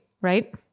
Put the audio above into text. right